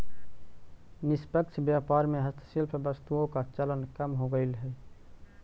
निष्पक्ष व्यापार में हस्तशिल्प वस्तुओं का चलन कम हो गईल है